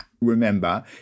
remember